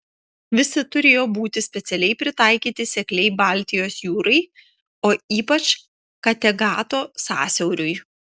visi turėjo būti specialiai pritaikyti sekliai baltijos jūrai o ypač kategato sąsiauriui